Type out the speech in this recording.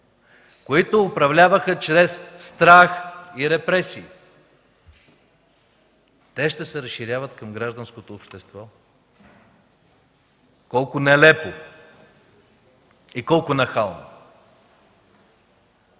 които управляваха чрез страх и репресия. Те ще се разширяват към гражданското общество. Колко нелепо! И колко нахално!